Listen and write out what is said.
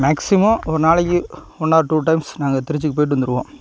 maximum ஒரு நாளைக்கு one or two times நாங்கள் திருச்சிக்குப் போயிவிட்டு வந்துருவோம்